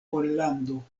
pollando